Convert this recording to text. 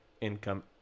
income